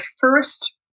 first